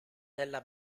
della